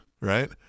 right